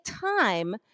time